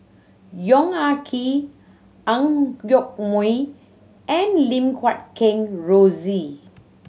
Yong Ah Kee Ang Yoke Mooi and Lim Guat Kheng Rosie